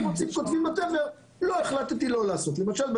למשל,